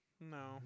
no